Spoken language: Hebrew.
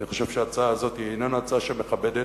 אני חושב שההצעה הזאת היא איננה הצעה שמכבדת,